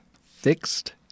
fixed